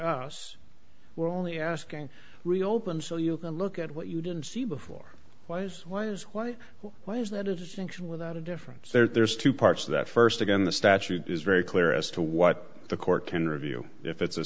us we're only asking reopened so you can look at what you didn't see before was what is why why is that a distinction without a difference there's two parts that first again the statute is very clear as to what the court can review if it's a